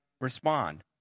respond